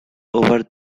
over